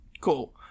Cool